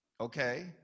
Okay